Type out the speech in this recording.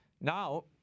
Now